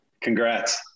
Congrats